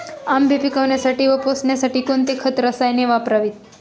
आंबे पिकवण्यासाठी व पोसण्यासाठी कोणते खत व रसायने वापरावीत?